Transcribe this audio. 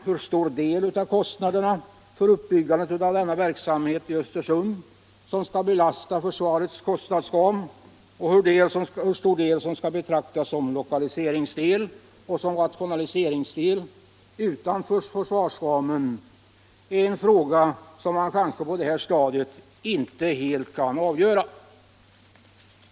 Hur stor del av kostnaderna för uppbyggandet av verksamheten i Östersund som skall belasta försvarets kostnadsram och hur stor del man skall betrakta som lokaliseringsdel och rationaliseringsdel utanför försvarsramen är en fråga som man kanske på det här stadiet inte helt kan avgöra.